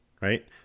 Right